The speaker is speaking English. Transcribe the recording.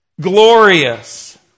glorious